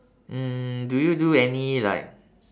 mm do you do any like